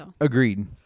Agreed